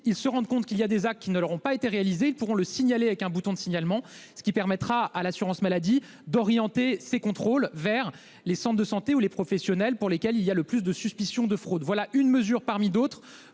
ils se rendent compte qu'il y a des actes qui ne leur ont pas été réalisées pour le signaler avec un bouton de signalement. Ce qui permettra à l'assurance maladie d'orienter ses contrôles vers les centres de santé ou les professionnels pour lesquels il y a le plus de suspicion de fraude. Voilà une mesure parmi d'autres,